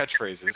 catchphrases